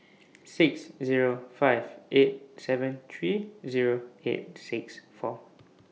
six Zero five eight seven three Zero eight six four